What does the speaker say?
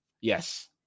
yes